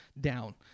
down